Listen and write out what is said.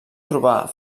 trobar